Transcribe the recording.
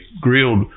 grilled